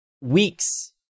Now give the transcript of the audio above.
weeks